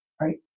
right